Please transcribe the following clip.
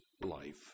life